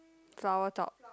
flower top